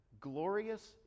glorious